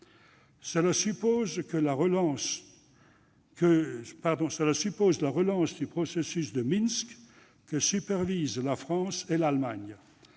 Cela suppose la relance du processus de Minsk, que supervisent la France et l'Allemagne,